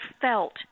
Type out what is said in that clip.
felt